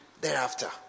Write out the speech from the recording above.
thereafter